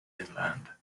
inland